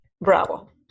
bravo